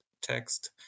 text